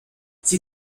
sie